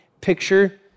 picture